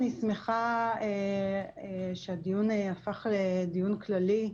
אני שמחה שהדיון הפך לדיון כללי,